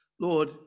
Lord